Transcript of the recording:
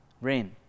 Rain